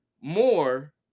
more